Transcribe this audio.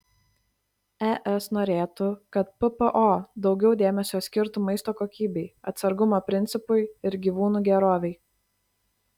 es norėtų kad ppo daugiau dėmesio skirtų maisto kokybei atsargumo principui ir gyvūnų gerovei